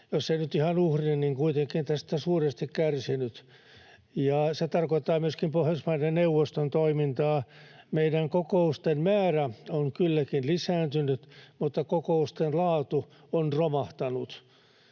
jos nyt ei ihan uhri, tästä suuresti kärsinyt. Se tarkoittaa myöskin Pohjoismaiden neuvoston toimintaa. Meidän kokoustemme määrä on kylläkin lisääntynyt, mutta kokousten laatu on romahtanut.